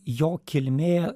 jo kilmė